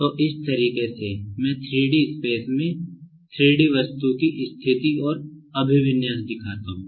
तो इस तरीके से मैं 3 D स्पेस में 3 D वस्तु की स्थिति और अभिविन्यास दिखाता हूँ